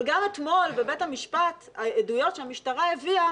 אבל גם אתמול בבית המשפט העדויות שהמשטרה הביאה